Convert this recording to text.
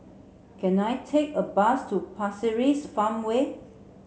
can I take a bus to Pasir Ris Farmway